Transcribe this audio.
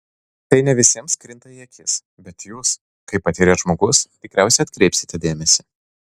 tai ne visiems krinta į akis bet jūs kaip patyręs žmogus tikriausiai atkreipsite dėmesį